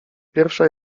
pierwsza